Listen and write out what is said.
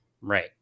right